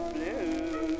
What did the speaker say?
Blue